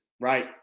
right